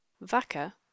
VACA